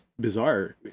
bizarre